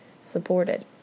supported